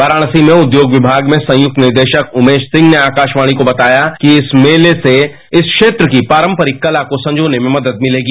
वाराणसी में उद्योग विभाग में संयुक्त निदेशक उमेश सिंह ने आकाशवाणी किसको कहा से बताया कि इस मेले से इस क्षेत्र की पारंपरिक कला को संजोने में मदद मिलेगी